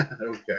Okay